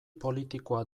politikoa